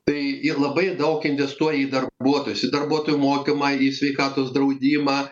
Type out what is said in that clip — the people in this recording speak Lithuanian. tai ir labai daug investuoja į darbuotojus į darbuotojų mokymą į sveikatos draudimą